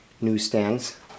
newsstands